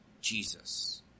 Jesus